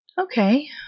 Okay